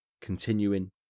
continuing